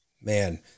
Man